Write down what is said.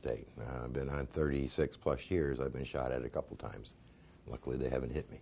state been thirty six plus years i've been shot at a couple times luckily they haven't hit me